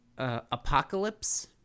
Apocalypse